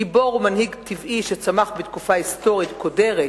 גיבור ומנהיג טבעי, שצמח בתקופה היסטורית קודרת,